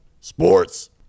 Sports